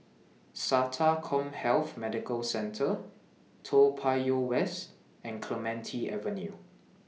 Sata Commhealth Medical Centre Toa Payoh West and Clementi Avenue